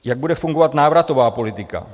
Jak bude fungovat návratová politika?